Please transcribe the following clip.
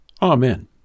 Amen